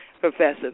Professor